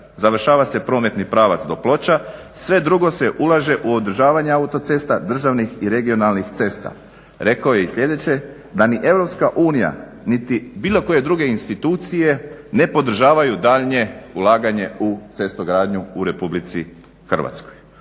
Završava se prometni pravac do Ploča, sve drugo se ulaže u održavanje autocesta, državnih i regionalnih cesta". rekao je i sljedeće "da ni EU niti bilo koje druge institucije ne podržavaju daljnje ulaganje u cestogradnju u RH". to